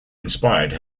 inspired